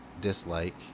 dislike